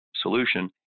solution